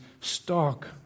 stark